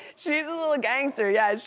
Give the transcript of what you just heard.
she's a little gangster, yeah.